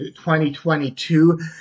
2022